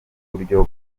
buryo